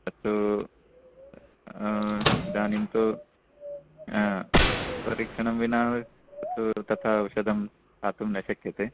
तत् इदानीं तु परीक्षणं विना तु तथा औषधं दातुं न शक्यते